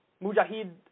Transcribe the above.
Mujahid